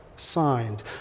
Signed